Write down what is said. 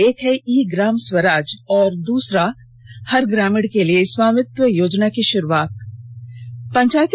एक है ई ग्राम स्वराज और दूसरा हर ग्रामीण के लिए स्वामित्व योजना की शुरुआत की जाएगी